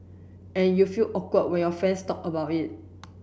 and you feel awkward when your friends talk about it